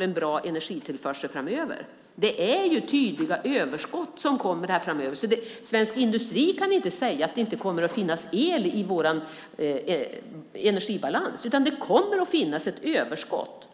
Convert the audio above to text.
en bra energitillförsel framöver. Det är tydliga överskott som kommer framöver, så svensk industri kan inte säga att det inte kommer att finnas el i vår energibalans. Det kommer att finnas ett överskott.